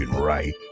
right